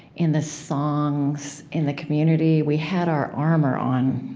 in the songs, in the community. we had our armor on.